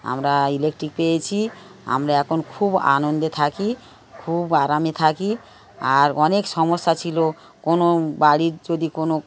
আমরা ইলেকট্রিক পেয়েছি আমরা এখন খুব আনন্দে থাকি খুব আরামে থাকি আর অনেক সমস্যা ছিল কোনো বাড়ির যদি কোনো